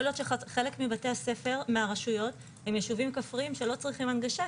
יכול להיות שחלק מהרשויות הן יישובים כפריים שלא צריכים הנגשה,